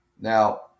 Now